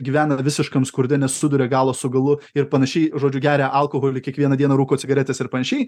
gyvena visiškam skurde nesuduria galo su galu ir panašiai žodžiu geria alkoholį kiekvieną dieną rūko cigaretes ir panašiai